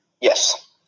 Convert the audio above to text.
Yes